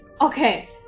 Okay